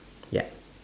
ya